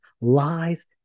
lies